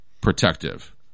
protective